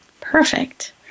Perfect